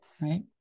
right